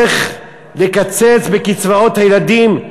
איך לקצץ בקצבאות הילדים,